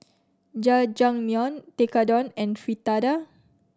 Jajangmyeon Tekkadon and Fritada